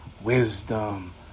wisdom